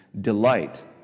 delight